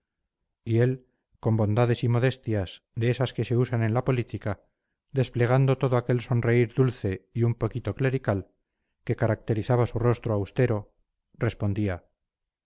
y él con bondades y modestias de esas que se usan en la política desplegando todo aquel sonreír dulce y un poquito clerical que caracterizaba su rostro austero respondía